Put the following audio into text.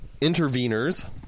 interveners